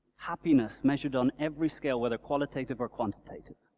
happiness measured on every scale whether qualitative or quantitative.